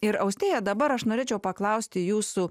ir austėja dabar aš norėčiau paklausti jūsų